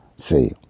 See